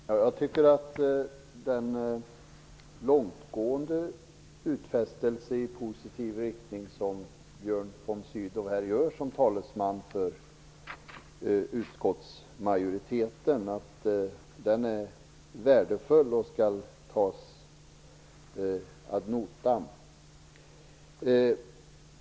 Herr talman! Jag tycker att den långtgående utfästelse i positiv riktning som Björn von Sydow här gör som talesman för utskottsmajoriteten är värdefull och skall tas ad notam.